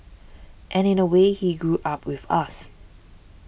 and in a way he grew up with us